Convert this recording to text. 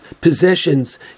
possessions